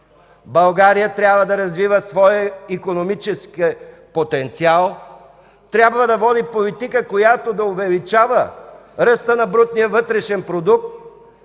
България трябва да развива своя икономически потенциал, трябва да води политика, която да увеличава ръста на брутния вътрешен продукт,